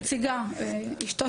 אני נציגה, אשתו של ארז.